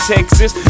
Texas